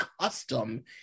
custom